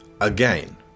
Again